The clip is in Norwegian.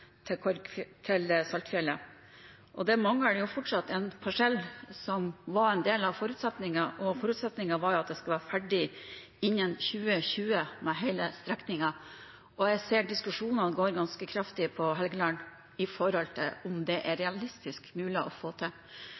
Saltfjellet, og det mangler fortsatt en parsell som var en del av forutsetningen, og forutsetningen var at en skulle være ferdig innen 2020 med hele strekningen. Jeg ser at diskusjonene går ganske kraftig på Helgeland om hvorvidt det er realistisk mulig å få til.